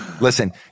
Listen